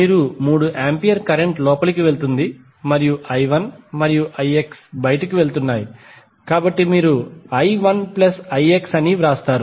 మీరు 3 ampere current లోపలికి వెళుతుంది మరియు I1 మరియు ix బయటకు వెళ్తున్నాయి కాబట్టి మీరు I1ix అని వ్రాస్తారు